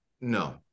No